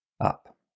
up